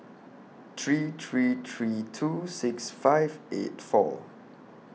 three three three two six five eight four